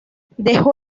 dejó